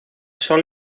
sol